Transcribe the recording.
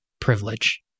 privilege